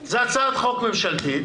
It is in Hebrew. זאת הצעת חוק ממשלתית.